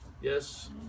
yes